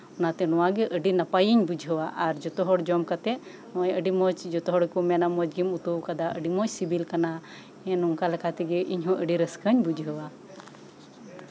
ᱚᱱᱟᱛᱮ ᱱᱚᱶᱟ ᱜᱮ ᱟᱹᱰᱤ ᱱᱟᱯᱟᱭᱤᱧ ᱵᱩᱡᱷᱟᱹᱣᱟ ᱟᱨ ᱡᱷᱚᱛᱚ ᱦᱚᱲ ᱡᱚᱢ ᱠᱟᱛᱮ ᱟᱹᱰᱤ ᱢᱚᱸᱡᱽ ᱡᱷᱚᱛᱚ ᱦᱚᱲ ᱜᱮᱠᱚ ᱢᱮᱱᱟ ᱟᱹᱰᱤ ᱢᱚᱸᱡᱽ ᱜᱮᱢ ᱩᱛᱩᱣᱟᱠᱟᱫᱟ ᱟᱹᱰᱤ ᱢᱚᱸᱡᱽ ᱥᱮᱵᱮᱞ ᱠᱟᱱᱟ ᱮᱸᱫ ᱱᱚᱝᱠᱟᱞᱮᱠᱟ ᱛᱮᱜᱮ ᱤᱧ ᱦᱚᱸ ᱟᱹᱰᱤ ᱨᱟᱹᱥᱠᱟᱹᱧ ᱵᱩᱡᱷᱟᱹᱣᱟ